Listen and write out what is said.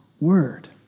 word